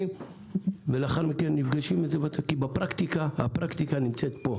ולאחר מכן נפגשים - כי הפרקטיקה נמצאת פה.